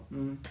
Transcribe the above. um